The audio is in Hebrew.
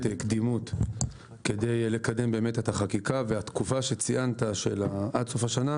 קדימות כדי לקדם באמת את החקיקה והתקופה שציינת עד סוף השנה,